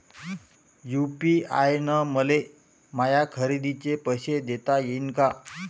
UPI न मले माया खरेदीचे पैसे देता येईन का?